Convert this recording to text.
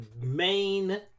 main